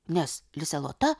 nes lisė lota